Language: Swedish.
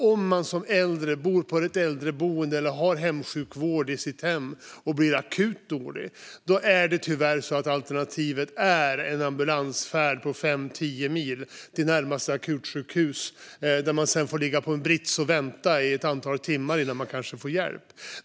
Om man som äldre bor på ett äldreboende eller har hemsjukvård i sitt hem och blir akut dålig är, tyvärr, alternativet en ambulansfärd på fem tio mil till närmaste akutsjukhus där man sedan får ligga på en brits och vänta i ett antal timmar innan man får hjälp.